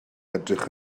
edrych